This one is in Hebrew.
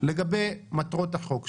לגבי מטרות החוק,